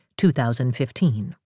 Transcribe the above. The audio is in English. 2015